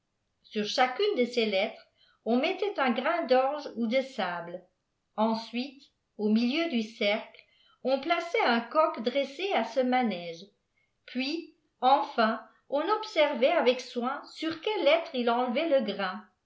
sur chacune de ces lettres ônlnettàit tin grain d'orge ou de sable ensuite au milieu du cercle on plaçait un coq dressé à ce manège puis enfin on observait avec soin sur quelles lettres il enlevait le grain